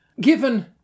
given